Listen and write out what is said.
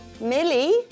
millie